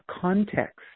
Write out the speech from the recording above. context